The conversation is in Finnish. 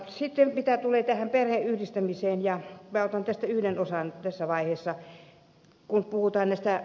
sitten mitä tulee perheenyhdistämiseen minä otan siitä yhden asian tässä vaiheessa